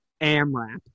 AMRAP